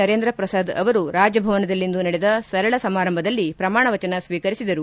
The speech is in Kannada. ನರೇಂದ್ರ ಪ್ರಸಾದ್ ಅವರು ರಾಜಭವನದಲ್ಲಿಂದು ನಡೆದ ಸರಳ ಸಮಾರಂಭದಲ್ಲಿ ಪ್ರಮಾಣ ವಚನ ಸ್ವೀಕರಿಸಿದರು